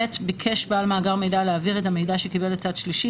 (ב) ביקש בעל מאגר מידע להעביר את המידע שקיבל לצד שלישי,